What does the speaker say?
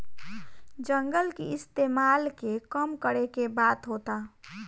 जंगल के इस्तेमाल के कम करे के बात होता